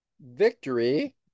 victory